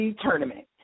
tournament